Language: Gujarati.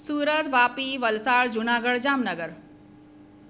સુરત વાપી વલસાડ જૂનાગઢ જામનગર